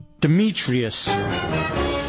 Demetrius